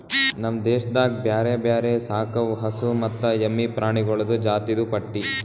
ನಮ್ ದೇಶದಾಗ್ ಬ್ಯಾರೆ ಬ್ಯಾರೆ ಸಾಕವು ಹಸು ಮತ್ತ ಎಮ್ಮಿ ಪ್ರಾಣಿಗೊಳ್ದು ಜಾತಿದು ಪಟ್ಟಿ